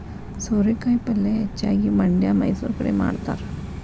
ಸೋರೆಕಾಯಿ ಪಲ್ಯೆ ಹೆಚ್ಚಾಗಿ ಮಂಡ್ಯಾ ಮೈಸೂರು ಕಡೆ ಮಾಡತಾರ